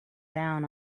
down